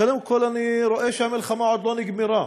קודם כול, אני רואה שהמלחמה עוד לא נגמרה.